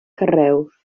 carreus